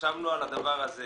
ישבנו על הדבר הזה